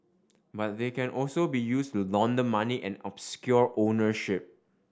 but they can also be used to launder money and obscure ownership